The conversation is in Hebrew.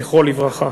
זיכרונו לברכה.